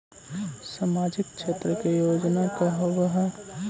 सामाजिक क्षेत्र के योजना का होव हइ?